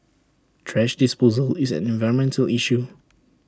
thrash disposal is an environmental issue